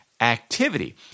activity